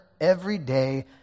everyday